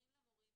מזכירים למורים